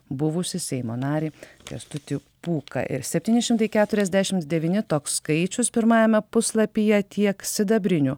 buvusį seimo narį kęstutį pūką ir septyni šimtai keturiasdešimt devyni toks skaičius pirmajame puslapyje tiek sidabrinių